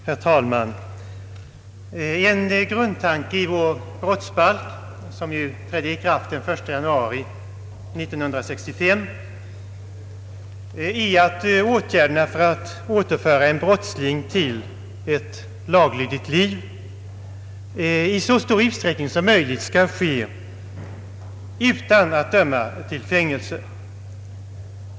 Herr talman! En grundtanke i vår brottsbalk, som ju trädde i kraft den 1 januari 1965, är att åtgärder för att återföra en brottsling till ett laglydigt liv i så stor utsträckning som möjligt skall vidtas utan att döma vederbörande till fängelse.